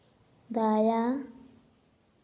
ᱫᱟᱭᱟ